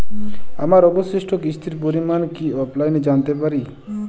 আমার অবশিষ্ট কিস্তির পরিমাণ কি অফলাইনে জানতে পারি?